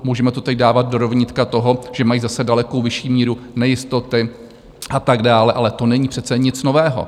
Můžeme to teď dávat do rovnítka toho, že mají zase daleko vyšší míru nejistoty a tak dále, ale to není přece nic nového.